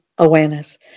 Awareness